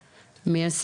אני רוצה להתחיל איתך,